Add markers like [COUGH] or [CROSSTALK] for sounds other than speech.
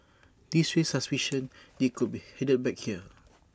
this raised suspicion [NOISE] they could be headed back here [NOISE]